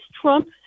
Trump